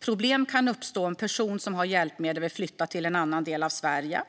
Problem kan uppstå om en person som har hjälpmedel vill flytta till en annan del av Sverige.